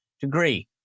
degree